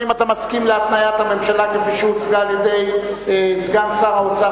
האם אתה מסכים להתניית הממשלה כפי שהוצגה על-ידי סגן שר האוצר,